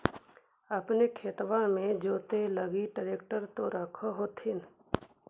अपने खेतबा मे जोते लगी ट्रेक्टर तो रख होथिन?